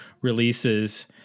releases